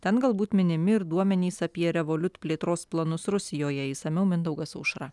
ten galbūt minimi ir duomenys apie revoliut plėtros planus rusijoje išsamiau mindaugas aušra